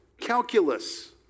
calculus